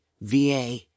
VA